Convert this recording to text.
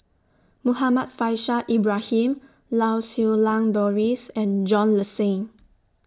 Muhammad Faishal Ibrahim Lau Siew Lang Doris and John Le Cain